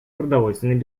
продовольственной